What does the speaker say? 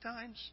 times